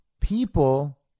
People